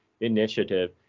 Initiative